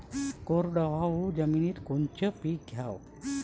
कोरडवाहू जमिनीत कोनचं पीक घ्याव?